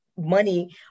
money